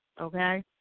Okay